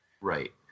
Right